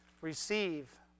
receive